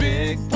Big